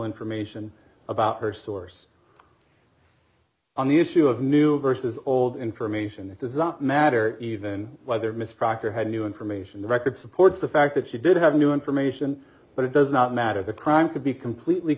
information about her source on the issue of new versus old information that design matter even whether miss proctor had new information the record supports the fact that she did have new information but it does not matter the crime could be completely